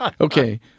Okay